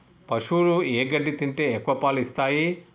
పశువులు ఏ గడ్డి తింటే ఎక్కువ పాలు ఇస్తాయి?